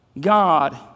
God